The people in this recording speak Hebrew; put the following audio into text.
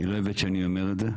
היא לא אוהבת שאני אומר את זה.